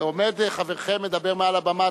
עומד חברכם מדבר מעל הבמה,